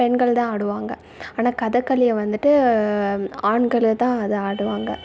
பெண்கள்தான் ஆடுவாங்கள் ஆனால் கதகளியை வந்துட்டு ஆண்கள்தான் அதை ஆடுவாங்கள்